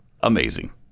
Amazing